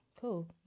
cool